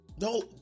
No